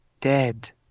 dead